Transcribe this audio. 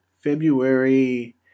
February